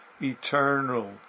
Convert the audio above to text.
eternal